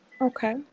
Okay